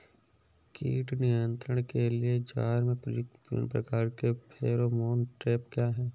कीट नियंत्रण के लिए ज्वार में प्रयुक्त विभिन्न प्रकार के फेरोमोन ट्रैप क्या है?